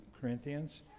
Corinthians